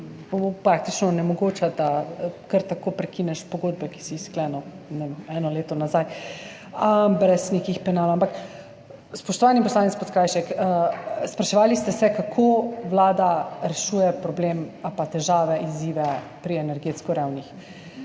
ki praktično onemogoča, da kar tako prekineš pogodbe, ki si jih sklenil eno leto nazaj, brez nekih penalov. Spoštovani poslanec Podkrajšek, spraševali ste se, kako vlada rešuje problem ali pa težave, izzive pri energetsko revnih.